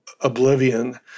oblivion